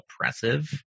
oppressive